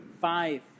five